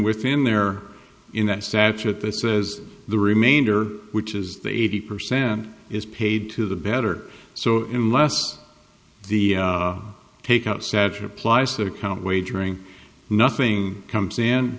within there in that statute that says the remainder which is the eighty percent is paid to the better so unless the take out sachin applies that account wagering nothing comes in